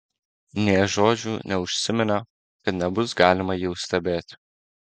nė žodžiu neužsiminė kad nebus galima jų stebėti